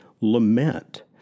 lament